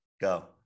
Go